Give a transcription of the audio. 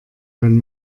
wenn